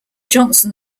johnson